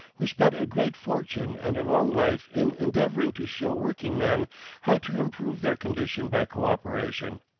who spent a great fortune and a long life in endeavoring to show workingmen how to improve their condition by cooperation.